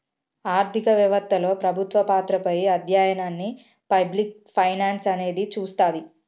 ఆర్థిక వెవత్తలో ప్రభుత్వ పాత్రపై అధ్యయనాన్ని పబ్లిక్ ఫైనాన్స్ అనేది చూస్తది